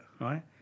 right